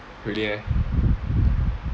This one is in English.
really meh